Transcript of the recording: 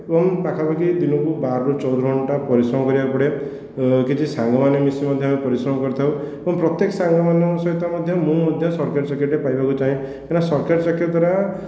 ଏବଂ ପାଖାପାଖି ଦିନକୁ ବାରରୁ ଚଉଦ ଘଣ୍ଟା ପରିଶ୍ରମ କରିବାକୁ ପଡ଼େ କିଛି ସାଙ୍ଗମାନେ ମିଶି ମଧ୍ୟ ପରିଶ୍ରମ କରିଥାଉ ଏବଂ ପ୍ରତ୍ୟେକ ସାଙ୍ଗମାନଙ୍କ ସହିତ ମଧ୍ୟ ମୁଁ ମଧ୍ୟ ସରକାରୀ ଚାକିରୀ ଟିଏ ପାଇବାକୁ ଚାହେଁ କାହିଁକିନା ସରକାରୀ ଚାକିରୀ ଦ୍ଵାରା